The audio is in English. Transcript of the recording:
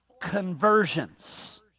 conversions